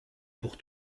pour